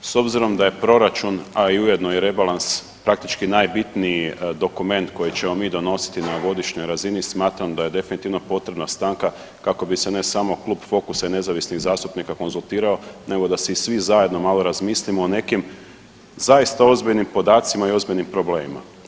S obzirom da je proračun, a i ujedno i rebalans praktički najbitniji dokument koji ćemo mi donositi na godišnjoj razini smatram da je definitivno potrebna stanka kako bi se ne samo Klub Fokusa i nezavisnih zastupnika konzultirao, nego da se i svi zajedno malo razmislimo o nekim zaista ozbiljnim podacima i ozbiljnim problemima.